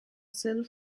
seule